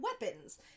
weapons